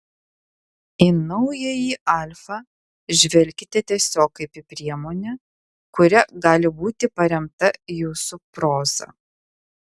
į naująjį alfa žvelkite tiesiog kaip į priemonę kuria gali būti paremta jūsų proza